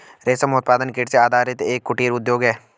रेशम उत्पादन कृषि आधारित एक कुटीर उद्योग है